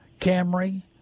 Camry